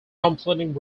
completing